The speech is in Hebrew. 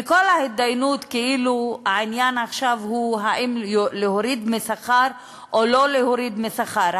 וכל ההתדיינות כאילו העניין עכשיו הוא האם להוריד שכר או לא להוריד שכר,